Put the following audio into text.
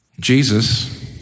Jesus